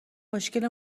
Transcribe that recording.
مشکل